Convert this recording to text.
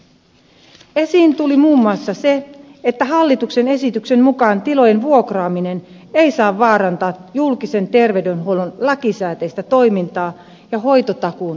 esiin tuli muun muassa se että hallituksen esityksen mukaan tilojen vuokraaminen ei saa vaarantaa julkisen terveydenhuollon lakisääteistä toimintaa ja hoitotakuun toteutumista